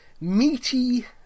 meaty